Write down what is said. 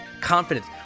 confidence